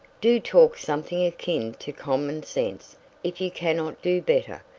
do talk something akin to common sense if you cannot do better.